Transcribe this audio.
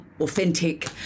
authentic